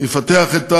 יפתח את המשרדים,